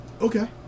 Okay